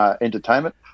entertainment